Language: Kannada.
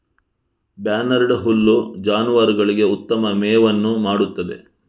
ಬಾರ್ನ್ಯಾರ್ಡ್ ಹುಲ್ಲು ಜಾನುವಾರುಗಳಿಗೆ ಉತ್ತಮ ಮೇವನ್ನು ಮಾಡುತ್ತದೆ